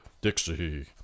Dixie